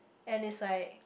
and it's like